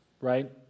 right